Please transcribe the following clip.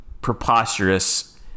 preposterous